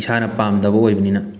ꯏꯁꯥꯅ ꯄꯥꯝꯗꯕ ꯑꯣꯏꯕꯅꯤꯅ